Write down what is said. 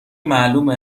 معلومه